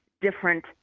different